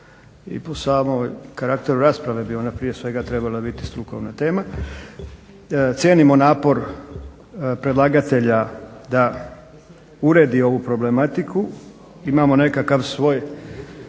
i po samom karakteru rasprave bi ona prije svega trebala biti strukovna tema. Cijenimo napor predlagatelja da uredi ovu problematiku, imamo nekakav svoj